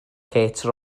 kate